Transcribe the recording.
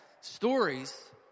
Stories